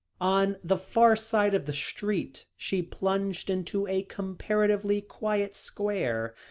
on the far side of the street she plunged into a comparatively quiet square,